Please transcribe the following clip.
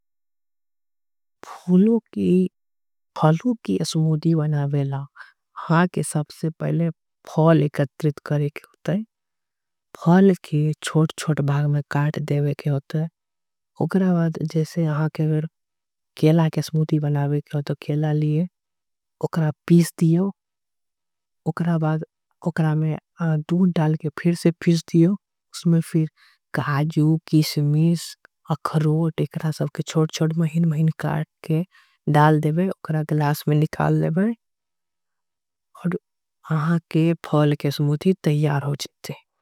फुलों की फलों की अस्मूधी वनावेला हांके सबसे पहले फौल। एकत्रित करेंके होते हैं फौल के छोट छोट भाग में काट देवें के। होते हैं उक्रा बाद जैसे हांके विर केला के अस्मूधी वनावें के होतो। केला लिए उक्रा पीस दियो उक्रा बाद उक्रा में दून डाल के फिर। से पीस दियो उसमें फिर काजू, कीसमीस, अखरोट एकरा। सबके छोट छोट महिन महिन काट के डाल देवें उक्रा गलास। में लिकाल देवें। और हांके फौल के अस्मूधी तैयार हो जितते हैं।